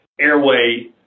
airway